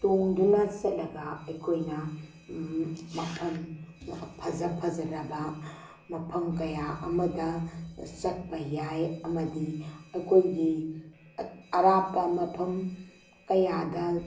ꯇꯣꯡꯗꯨꯅ ꯆꯠꯂꯒ ꯑꯩꯈꯣꯏꯅ ꯃꯐꯝ ꯐꯖ ꯐꯖꯔꯕ ꯃꯐꯝ ꯀꯌꯥ ꯑꯃꯗ ꯆꯠꯄ ꯌꯥꯏ ꯑꯃꯗꯤ ꯑꯩꯈꯣꯏꯒꯤ ꯑꯔꯥꯞꯄ ꯃꯐꯝ ꯀꯌꯥꯗ